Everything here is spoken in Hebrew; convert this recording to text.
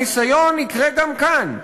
הניסיון יקרה גם כאן.